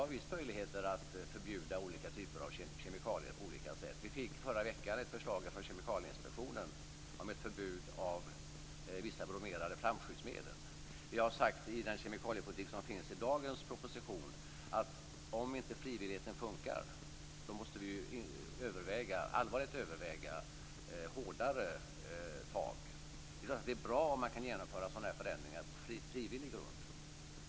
Vi har visst möjligheter att förbjuda olika typer av kemikalier på olika sätt. Vi fick förra veckan ett förslag från Kemikalieinspektionen om ett förbud mot vissa bromerade flamskyddsmedel. Vi har i den kemikaliepolitik som finns i dagens proposition sagt att om inte frivilligheten fungerar måste vi allvarligt överväga hårdare tag. Det är bra om man kan genomföra sådana förändringar på frivillig grund.